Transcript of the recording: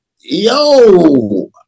yo